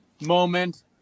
moment